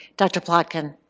dr. plotkin?